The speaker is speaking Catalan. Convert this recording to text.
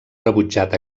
rebutjat